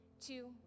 two